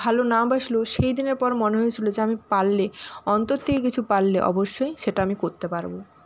ভালো না বাসলেও সেইদিনের পর মনে হয়েছিলো যে আমি পারলে অন্তর থেকে কিছু পারলে অবশ্যই সেটা আমি করতে পারবো